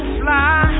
fly